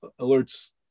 alerts